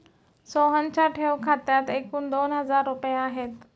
सोहनच्या ठेव खात्यात एकूण दोन हजार रुपये आहेत